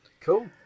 Cool